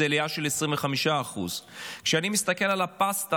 זו עלייה של 25%. כשאני מסתכל על הפסטה,